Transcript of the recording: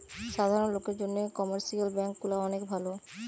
সাধারণ লোকের জন্যে কমার্শিয়াল ব্যাঙ্ক গুলা অনেক ভালো